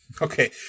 Okay